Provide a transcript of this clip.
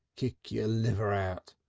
cut yer liver out.